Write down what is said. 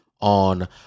on